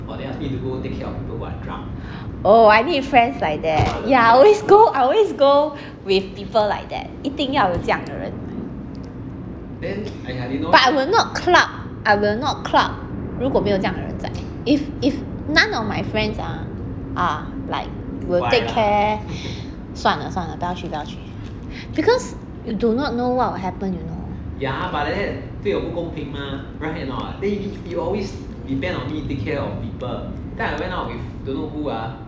oh I need friends like that ya I always go always go with people like that 一定要有这样的人 but I will not club I will not club 如果没有这样的人在 if if none of my friends ah are like will take care 算了算了不要去不要去 because you do not know what will happen mah